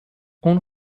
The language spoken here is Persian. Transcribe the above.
اون